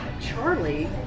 Charlie